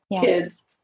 kids